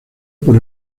por